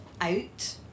out